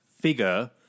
figure